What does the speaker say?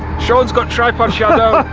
shaun's got tripod shadow.